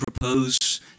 propose